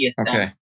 Okay